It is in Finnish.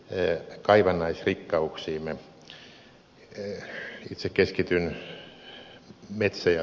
itse keskityn metsä ja vesivaroihin